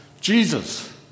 Jesus